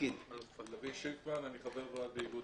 לביא שיפמן, אני חבר ועד באיגוד